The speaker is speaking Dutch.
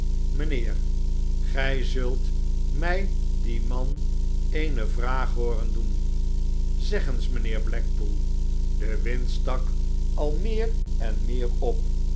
mijnheer gij zult mij dien man eene vraag hooren doen zeg eens mijnheer blackpool de wind stak al meer en meer op